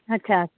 ਅੱਛਾ